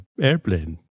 airplane